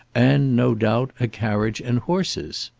and, no doubt, a carriage and horses.